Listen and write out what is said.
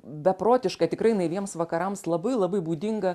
beprotiška tikrai naiviems vakarams labai labai būdinga